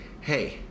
Hey